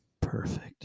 Perfect